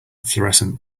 florescent